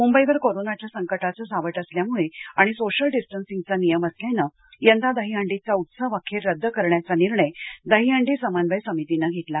मुंबईवर कोरोनाच्या संकटाचे सावट असल्यामुळे आणि सोशल डिस्टनसिंगचा नियम असल्यामुळे यंदा दहीहंडीचा उत्सव अखेर रद्द करण्याचा निर्णय दहीहंडी समन्वय समितीने घेतला